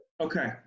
okay